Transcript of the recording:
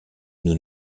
nous